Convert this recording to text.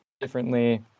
differently